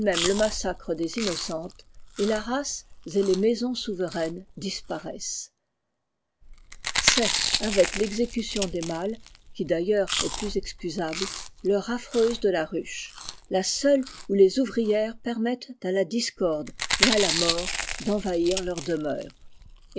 le massacre des innocentes et la race et les maisons souveraines disparaissent c'est avec l'exécution des mâles qui u leurs est plus excusable l'heure affreuse c i ruche ja seule oîi les ouvrières permettent à la discorde et à la mort d'envahir leurs demeures